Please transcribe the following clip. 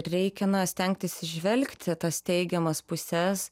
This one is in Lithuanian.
reikia stengtis įžvelgti tas teigiamas puses